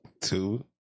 Two